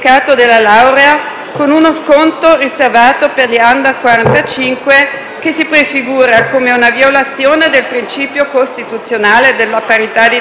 con uno sconto riservato per gli *under* quarantacinque, che si prefigura come una violazione del principio costituzionale della parità di trattamento.